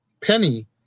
Penny